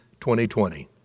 2020